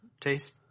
taste